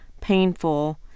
painful